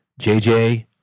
JJ